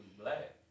black